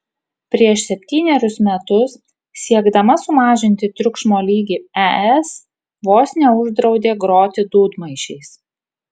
prieš septynerius metus siekdama sumažinti triukšmo lygį es vos neuždraudė groti dūdmaišiais